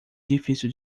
difícil